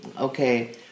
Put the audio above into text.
okay